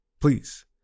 Please